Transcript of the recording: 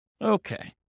Okay